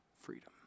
freedom